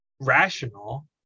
rational